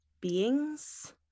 beings